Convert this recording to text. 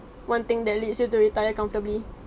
one thing that leads you to retire comfortably